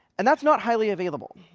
and that's not highly available.